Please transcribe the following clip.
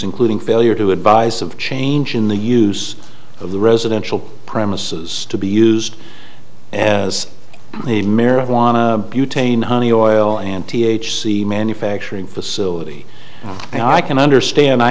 including failure to advise of change in the use of the residential premises to be used as a marijuana butane honey oil and t h c manufacturing facility and i can understand i